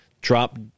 drop